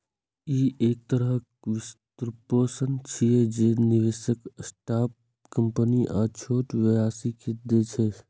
ई एक तरहक वित्तपोषण छियै, जे निवेशक स्टार्टअप कंपनी आ छोट व्यवसायी कें दै छै